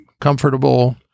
comfortable